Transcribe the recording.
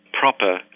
proper